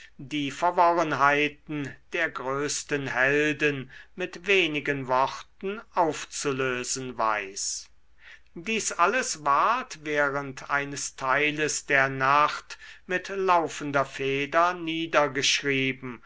die verworrenheiten der größten helden mit wenigen worten aufzulösen weiß dies alles ward während eines teiles der nacht mit laufender feder niedergeschrieben